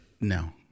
No